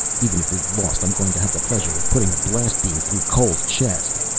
even if we've lost i'm going to have the pleasure of putting a blast beam through cole's chest!